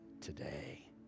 today